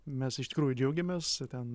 mes iš tikrųjų džiaugiamės ten